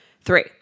Three